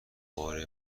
بار